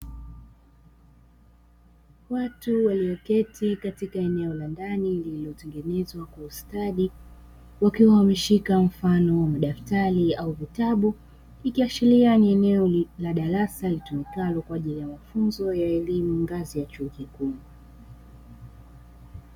Watu wameketi katika eneo la ndani lililotengenezwa kwa ustadi wakiwa wameshika mfano wamadaftari au vitabu, ikiashiria ni eneo la darasa litumikalo kwa ajili ya mafunzo ya elimu ngazi ya chuo kikuu.